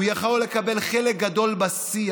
הוא יכול לקחת חלק גדול בשיח.